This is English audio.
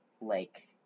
Like-